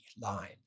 line